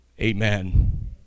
amen